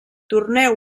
torneu